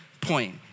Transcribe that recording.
point